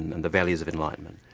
and and the values of enlightenment.